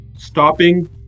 stopping